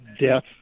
death